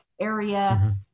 area